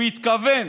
הוא התכוון